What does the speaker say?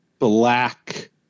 Black